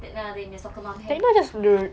tecna dengan the soccer mom hair